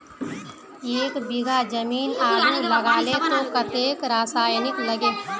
एक बीघा जमीन आलू लगाले तो कतेक रासायनिक लगे?